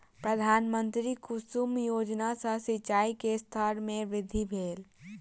प्रधानमंत्री कुसुम योजना सॅ सिचाई के स्तर में वृद्धि भेल